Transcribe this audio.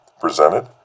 presented